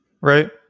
right